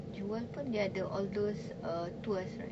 jewel kan dia ada all those uh tours right